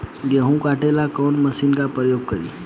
गेहूं काटे ला कवन मशीन का प्रयोग करी?